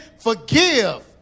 Forgive